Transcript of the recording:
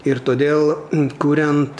ir todėl kuriant